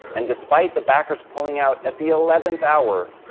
and despite the backers pulling out at the eleventh hour,